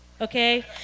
okay